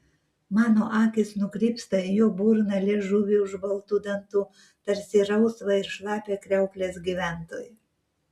mano akys nukrypsta į jo burną liežuvį už baltų dantų tarsi rausvą ir šlapią kriauklės gyventoją